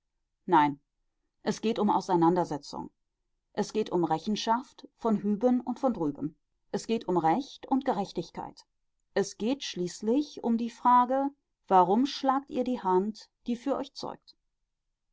nein es geht um auseinandersetzung es geht um rechenschaft von hüben und von drüben es geht um recht und gerechtigkeit es geht schließlich um die frage warum schlagt ihr die hand die für euch zeugt